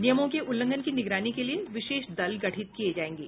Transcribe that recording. नियमों के उल्लंघन की निगरानी के लिए विशेष दल गठित किये जायेंगे